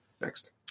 Next